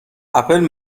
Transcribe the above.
اپل